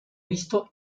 visto